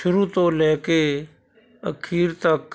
ਸ਼ੁਰੂ ਤੋਂ ਲੈ ਕੇ ਅਖੀਰ ਤੱਕ